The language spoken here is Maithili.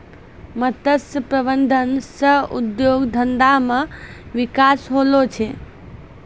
मत्स्य प्रबंधन सह उद्योग धंधा मे बिकास होलो छै